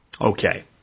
Okay